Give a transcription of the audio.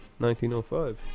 1905